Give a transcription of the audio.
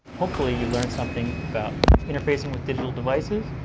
hopefully, you've learned something about interfacing with digital devices,